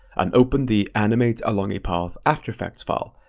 and open the animate along a path after effects file.